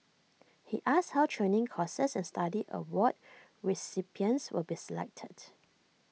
he asked how training courses and study award recipients will be selected